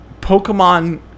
Pokemon